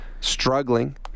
struggling